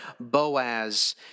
Boaz